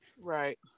Right